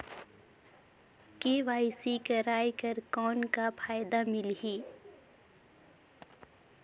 KYC कराय कर कौन का फायदा मिलही?